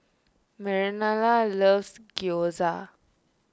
Marlena loves Gyoza